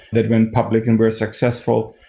that went public and very successful.